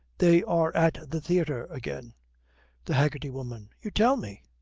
they are at the theatre again the haggerty woman. you tell me!